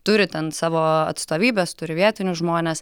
turi ten savo atstovybes turi vietinius žmones